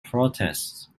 protests